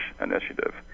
initiative